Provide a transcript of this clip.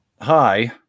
hi